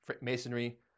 Masonry